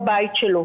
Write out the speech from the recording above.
על ביתר עילית.